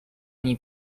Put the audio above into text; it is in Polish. nie